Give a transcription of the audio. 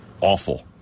awful